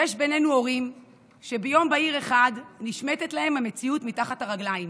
יש בינינו הורים שביום בהיר אחד נשמטת להם המציאות מתחת לרגליים,